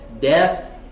death